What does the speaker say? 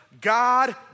God